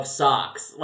socks